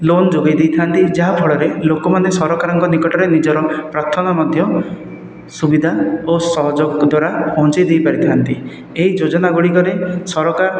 loan ଯୋଗାଇ ଦେଇଥାନ୍ତି ଯାହାଫଳରେ ଲୋକମାନେ ସରକାରଙ୍କ ନିକଟରେ ନିଜର ପ୍ରାର୍ଥନା ମଧ୍ୟ ସୁବିଧା ଓ ସହଯୋଗ ଦ୍ୱାରା ପହଞ୍ଚାଇ ଦେଇ ପାରିଥାନ୍ତି ଏହି ଯୋଜନା ଗୁଡ଼ିକରେ ସରକାର